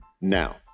Now